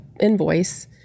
invoice